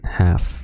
half